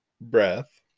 breath